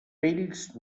vells